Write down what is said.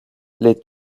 les